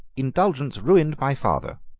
indulgence ruined my father.